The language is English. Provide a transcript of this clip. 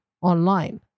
online